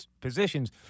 positions